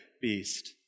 beast